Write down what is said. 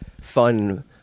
fun